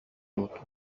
كيوتو